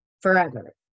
forever